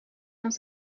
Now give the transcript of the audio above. dans